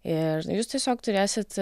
ir jūs tiesiog turėsit